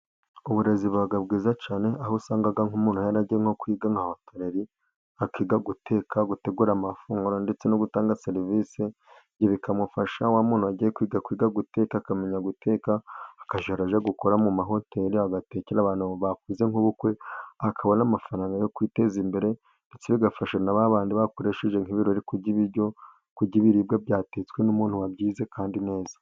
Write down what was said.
uburezi buba bwiza cyane aho usanga nk'umuntu yaragiye nko kwiga nka hoteleri akiga guteka, gutegura amafunguro ndetse no gutanga serivisi, Ibi bikamufasha wa muntu wagiye kwiga kwiga guteka akamenya guteka akajya ajya gukora mu mahoteli, agatekera abantu bakoze nk'ubukwe akabona n'amafaranga yo kwiteza imbere, ndetse bigafasha na ba bandi bakoresheje nk'ibirori, kurya ibiryo kurya ibiribwa byatetswe n'umuntu wabyize kandi ubizi neza.